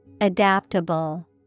Adaptable